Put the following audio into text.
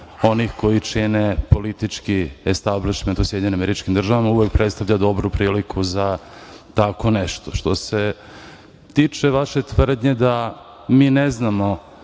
onih koji čine politički establišment u SAD, uvek predstavlja dobru priliku za tako nešto. Što se tiče vaše tvrdnje da mi ne znamo